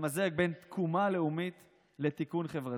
למזג בין תקומה לאומית לתיקון חברתי?